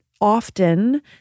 often